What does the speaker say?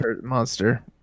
monster